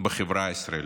בחברה הישראלית,